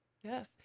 Yes